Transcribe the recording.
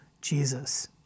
Jesus